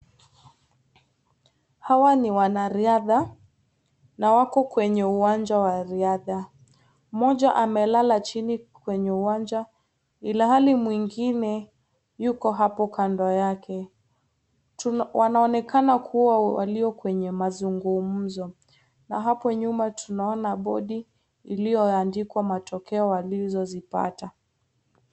Hawa ni wanariadha na wako kwenye uwanja wa riadha. Mmoja amelala chini kwenye uwanja ilhali mwingine yuko hapo kando yake. Wanaonekana kuwa walio kwenye mazungumzo. Na hapo nyuma tunaona bodi iliyoandikwa matoke walizozipata.